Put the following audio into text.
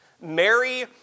Mary